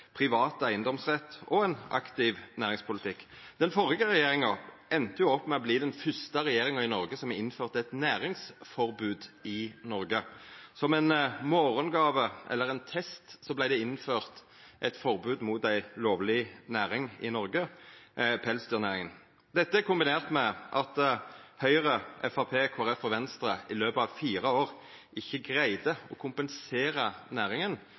privat eigedomsrett og ein aktiv næringspolitikk. Den førre regjeringa enda opp med å verta den fyrste regjeringa som har innført eit næringsforbod i Noreg. Som ei morgongåve eller ein test vart det innført eit forbod mot ei lovleg næring i Noreg – pelsdyrnæringa. Kombinert med at Høgre, Framstegspartiet, Kristeleg Folkeparti og Venstre i løpet av fire år ikkje greidde å kompensera næringa,